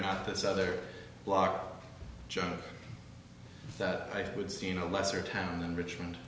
not this other block of junk that i would see in a lesser town in richmond